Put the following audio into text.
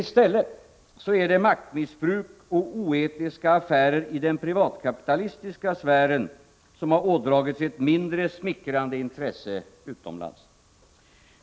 I stället är det maktmissbruk och oetiska affärer i den privakapitalistiska sfären som har ådragit sig ett mindre smickrande intresse utomlands.